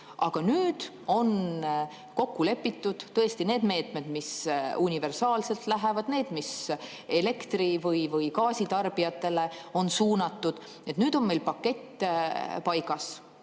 Aga nüüd on kokku lepitud need meetmed, mis on universaalsed, need, mis on elektri‑ või gaasitarbijatele suunatud. Nüüd on meil pakett paigas.